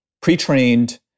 pre-trained